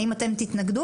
האם אתם תתנגדו,